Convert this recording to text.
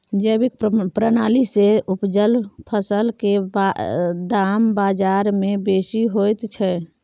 जैविक प्रणाली से उपजल फसल के दाम बाजार में बेसी होयत छै?